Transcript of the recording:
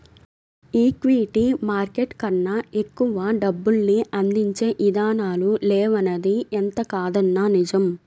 equity market కన్నా ఎక్కువ డబ్బుల్ని అందించే ఇదానాలు లేవనిది ఎంతకాదన్నా నిజం